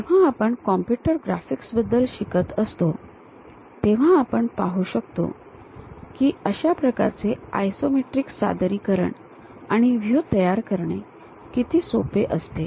जेव्हा आपण computer graphics बद्दल शिकत असतो तेव्हा आपण पाहू शकतो की अशा प्रकारचे आयसोमेट्रिक सादरीकरण आणि व्ह्यू तयार करणे किती सोपे असते